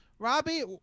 Robbie